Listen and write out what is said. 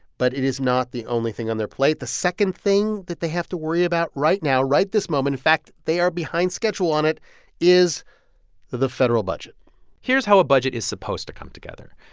but it is not the only thing on their plate. the second thing that they have to worry about right now, right this moment in fact, they are behind schedule on it is the federal budget here's how a budget is supposed to come together.